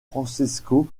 francisco